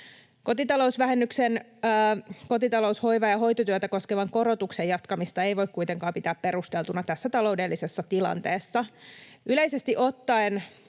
Kotitalousvähennyksen kotitalous-, hoiva- ja hoitotyötä koskevan korotuksen jatkamista ei voi kuitenkaan pitää perusteltuna tässä taloudellisessa tilanteessa. Yleisesti ottaen